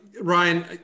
Ryan